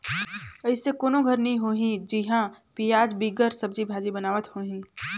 अइसे कोनो घर नी होही जिहां पियाज बिगर सब्जी भाजी बनावत होहीं